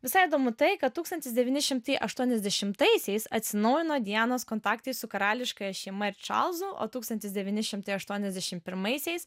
visai įdomu tai kad tūkstantis devyni šimtai aštuoniasdešimtaisiais atsinaujino dianos kontaktai su karališkąja šeima ir čarlzu o tūkstantis devyni šimtai aštuoniasdešim pirmaisiais